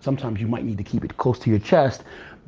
sometimes you might need to keep it close to your chest